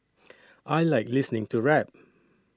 I like listening to rap